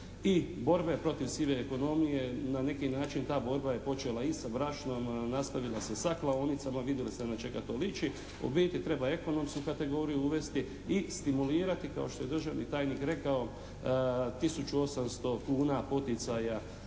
i borbe protiv sive ekonomije. Na neki način ta borba je počela i sa brašnom, nastavila se i sa klaonicama, vidjeli ste na čega to liči. U biti treba ekonomsku kategoriju uvesti i stimulirati kao što je državni tajnik rekao tisuću 800 kuna poticaja